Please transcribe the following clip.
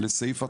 לסעיף התחולה.